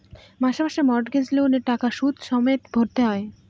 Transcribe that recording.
মাসে মাসে মর্টগেজ লোনের টাকা সুদ সমেত ভরতে হয়